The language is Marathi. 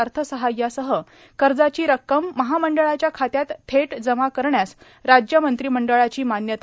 अर्थसहाय्यासह कर्जाची रक्कम महामंडळाच्या खात्यात थेट जमा करण्यास राज्य मंत्रिमंडळाची मान्यता